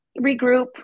regroup